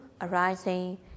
arising